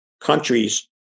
countries